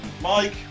Mike